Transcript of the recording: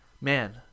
man